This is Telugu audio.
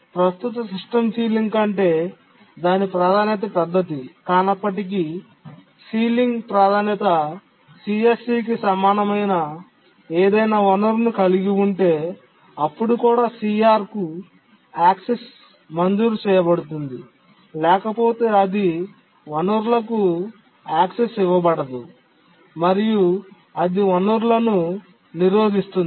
ప్రస్తుత సిస్టమ్ సీలింగ్ కంటే దాని ప్రాధాన్యత పెద్దది కానప్పటికీ సీలింగ్ ప్రాధాన్యత CSC కి సమానమైన ఏదైనా వనరును కలిగి ఉంటే అప్పుడు కూడా CR కు యాక్సెస్ మంజూరు చేయబడుతుంది లేకపోతే అది వనరులకు ప్రాప్యత ఇవ్వబడదు మరియు అది వనరులను నిరోధిస్తుంది